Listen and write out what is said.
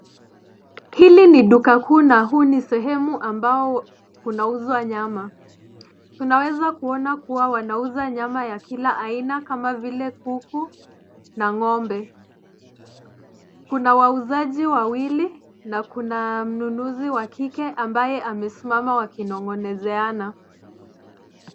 Hili ni Duka kuu na huu ni sehemu ambao kunauzwa nyama. Kunaweza kuona kuwa wanauza nyama ya kila aina kama vile kuku na ng'ombe. Kuna wauzaji wawili na kuna mnunuzi wa kike ambaye amesimama wakinongo'nezeana.